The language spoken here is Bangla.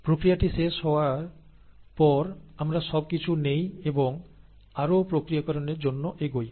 প্রক্রিয়াটি শেষ হওয়ার পর আমরা সব কিছু নেই এবং আরো প্রক্রিয়াকরনের জন্য এগোই